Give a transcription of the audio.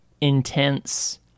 intense